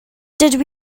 dydw